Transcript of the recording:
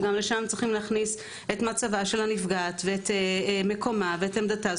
וגם לשם צריכים להכניס את מצבה של הנפגעת ואת מקומה ואת עמדתה.